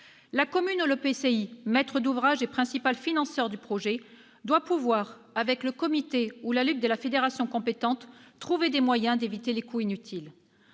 La commune ou l'EPCI, maître d'ouvrage et principal financeur du projet, doit pouvoir, avec le comité ou la ligue de la fédération compétente, trouver des moyens d'éviter les coûts inutiles.